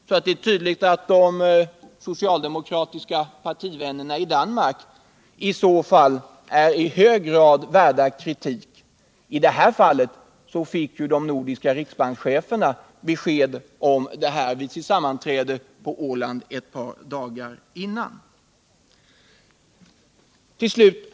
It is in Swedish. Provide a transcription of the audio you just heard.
Det är alltså tydligt att de socialdemokratiska partivännerna i Danmark också i hög grad är värda kritik. I detta fall fick de nordiska riksbankscheferna besked om devalveringen vid sitt sammanträde på Åland ett par dagar innan.